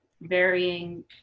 varying